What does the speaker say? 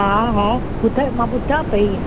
हा हा ॿुधायो मां ॿुधां पई